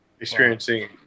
experiencing